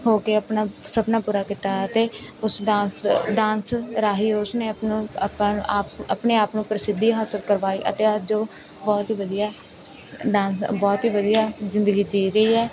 ਹੋ ਕੇ ਆਪਣਾ ਸੁਪਨਾ ਪੂਰਾ ਕੀਤਾ ਅਤੇ ਉਸ ਡਾਂਸ ਡਾਂਸ ਰਾਹੀਂ ਉਸਨੇ ਆਪ ਨੂੰ ਆਪਣ ਆਪ ਆਪਣੇ ਆਪ ਨੂੰ ਪ੍ਰਸਿੱਧੀ ਹਾਸਲ ਕਰਵਾਈ ਅਤੇ ਅੱਜ ਉਹ ਬਹੁਤ ਹੀ ਵਧੀਆ ਡਾਂਸ ਬਹੁਤ ਹੀ ਵਧੀਆ ਜ਼ਿੰਦਗੀ ਜੀ ਰਹੀ ਹੈ